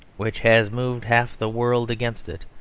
which has moved half the world against it,